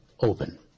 open